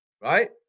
right